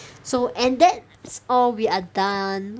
so and that's all we are done